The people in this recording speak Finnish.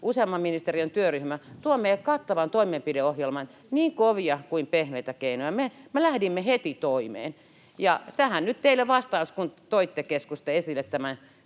useamman ministeriön työryhmä — tuo kattavan toimenpideohjelman, niin kovia kuin pehmeitä keinoja. Me lähdimme heti toimeen. Ja tähän nyt teille vastaus, kun toitte, keskusta, esille tämän